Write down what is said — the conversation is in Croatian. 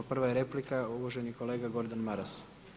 Prva je replika uvaženi kolega Gordan Maras.